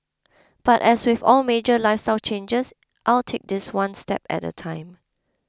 but as with all major lifestyle changes I'll take this one step at a time